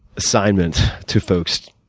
assignment to folks,